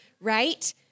right